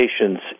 patient's